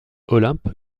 olympe